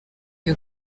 iyo